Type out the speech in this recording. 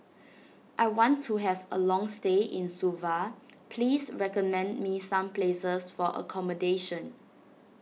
I want to have a long stay in Suva please recommend me some places for accommodation